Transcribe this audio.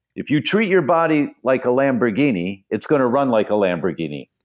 if you treat your body like a lamborghini, it's going to run like a lamborghini.